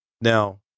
now